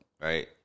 right